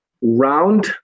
round